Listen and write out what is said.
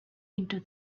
into